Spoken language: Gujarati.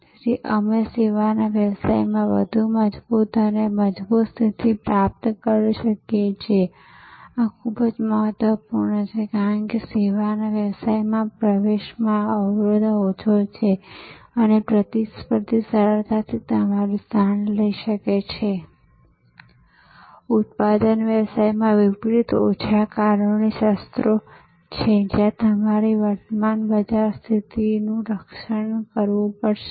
તેથી અમે સેવાઓના વ્યવસાયમાં વધુ મજબૂત અને મજબૂત સ્થિતિ પ્રાપ્ત કરી શકીએ આ ખૂબ જ મહત્વપૂર્ણ છે કારણ કે સેવાઓના વ્યવસાયમાં પ્રવેશમાં અવરોધ ઓછો છે અન્ય પ્રતિસ્પર્ધી સરળતાથી તમારું સ્થાન લઈ શકે છે ઉત્પાદન વ્યવસાયમાં વિપરીત ઓછા કાનૂની શસ્ત્રો છે જયાં તમારી વર્તમાન બજાર સ્થિતિનું રક્ષણ કરવું પડશે